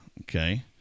Okay